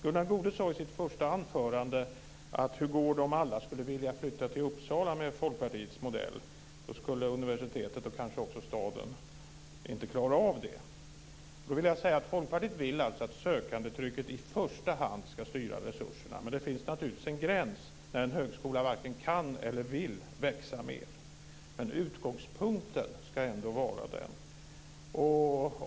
Gunnar Goude undrade i sitt anförande hur det går om alla skulle vilja flytta till Uppsala med Folkpartiets modell. Då skulle universitetet och kanske också staden inte klara av det. Då vill jag säga att Folkpartiet vill att sökandetrycket i första hand ska styra resurserna, men det finns naturligtvis en gräns för när en högskola varken kan eller vill växa mer. Men utgångspunkten ska ändå vara den.